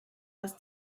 dass